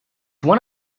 one